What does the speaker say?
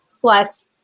plus